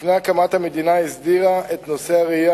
לפני הקמת המדינה הסדירה את נושא הרעייה